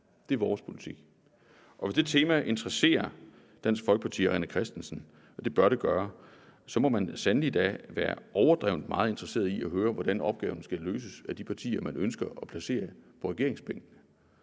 Det er vores politik. Og hvis det tema interesserer Dansk Folkeparti og hr. René Christensen, og det bør det gøre, så må man da sandelig være overdrevent meget interesseret i at høre, hvordan opgaven skal løses af de partier, man ønsker at placere på regeringsbænken.